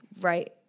Right